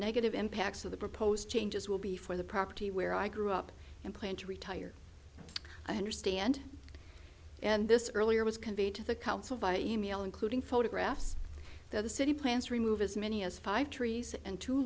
negative impacts of the proposed changes will be for the property where i grew up and plan to retire i understand and this earlier was conveyed to the council via e mail including photographs that the city plans to remove as many as five trees and t